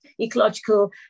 ecological